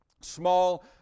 small